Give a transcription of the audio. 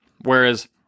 Whereas